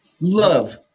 Love